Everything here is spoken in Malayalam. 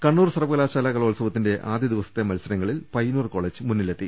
കണ്ണൂർ സർവകലാശാല കലോത്സവത്തിന്റെ ആദ്യ ദിവസത്തെ മത്സരങ്ങളിൽ പയ്യന്നൂർ കോളജ് മുന്നിലെത്തി